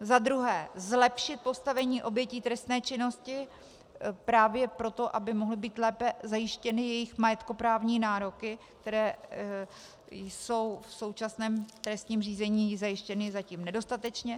za druhé, zlepšit postavení obětí trestné činnosti právě proto, aby mohly být lépe zajištěny jejich majetkoprávní nároky, které jsou v současném trestním řízení zajištěny zatím nedostatečně;